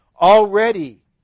already